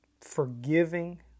forgiving